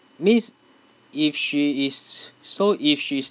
means if she is so if she's